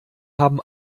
haben